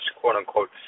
quote-unquote